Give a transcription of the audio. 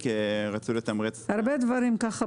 כי רצו לתמרץ הורים.